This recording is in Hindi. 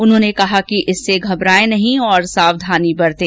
उन्होंने कहा कि इससे घबरायें नहीं और सावधानी बरतें